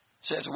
says